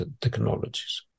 technologies